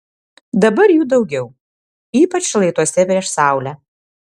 dabar jų daugiau ypač šlaituose prieš saulę